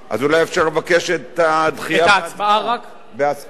אולי אפשר לבקש את הדחייה בהצבעה בהסכמה.